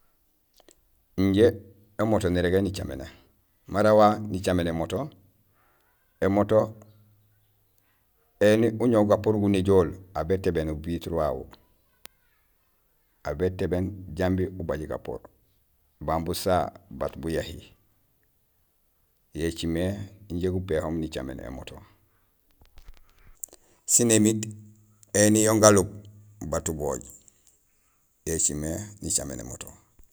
Injé émoto nirégé nicaméné; mara wa nicaméén émoto, émoto éni uñoow gapoor ugu néjool aw bétébéén uvitre wawu; aw bétébéén jambi ubaj gapoorbaan busaha bat buyahi yo écimé injé gupéhoom nicaméén émoto sin émiit éni yon galub bat ubooj yo écimé nacaméén émoto.